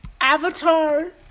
Avatar